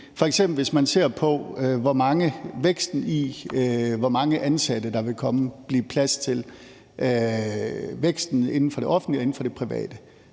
på væksten i, hvor mange ansatte der vil blive plads til inden for det offentlige og inden